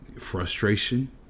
frustration